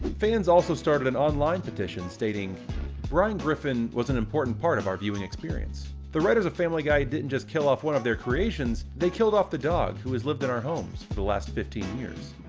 fans also started an online petition, stating brian griffin was an important part of our viewing experience. the writers of family guy didn't just kill off one of their creations, they killed off the dog, who has lived in our homes for the last fifteen years.